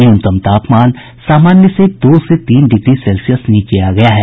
न्यूनतम तापमान सामान्य से दो से तीन डिग्री सेल्सियस नीचे आ गया है